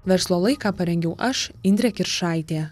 verslo laiką parengiau aš indrė kiršaitė